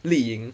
li ying